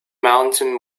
mountain